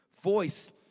voice